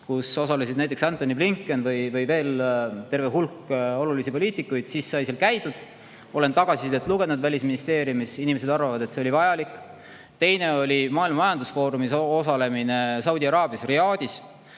kus osalesid näiteks Antony Blinken ja veel terve hulk olulisi poliitikuid. Olen tagasisidet lugenud Välisministeeriumist, inimesed arvavad, et see oli vajalik. Teine oli Maailma majandusfoorumil osalemine Saudi Araabias Ar-Riyādis.